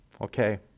Okay